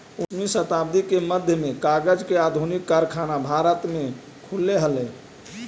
उन्नीसवीं शताब्दी के मध्य में कागज के आधुनिक कारखाना भारत में खुलले हलई